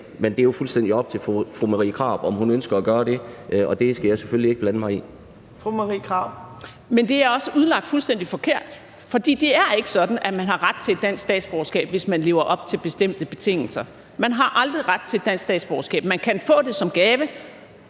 Fjerde næstformand (Trine Torp): Fru Marie Krarup. Kl. 10:48 Marie Krarup (DF): Men det er også udlagt fuldstændig forkert, for det er ikke sådan, at man har ret til et dansk statsborgerskab, hvis man lever op til bestemte betingelser. Man har aldrig ret til et dansk statsborgerskab; man kan få det som gave,